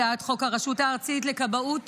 הצעת חוק הרשות הארצית לכבאות